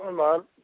ओमहर